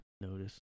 notice